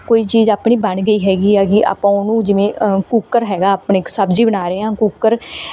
ਕੋਈ ਚੀਜ਼ ਆਪਣੀ ਬਣ ਗਈ ਹੈਗੀ ਹੈਗੀ ਆਪਾਂ ਉਹਨੂੰ ਜਿਵੇਂ ਕੂਕਰ ਹੈਗਾ ਆਪਣੇ ਸਬਜ਼ੀ ਬਣਾ ਰਹੇ ਹਾਂ ਕੁਕਰ